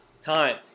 time